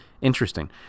Interesting